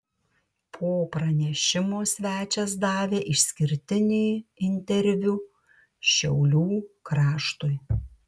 po pranešimo svečias davė išskirtinį interviu šiaulių kraštui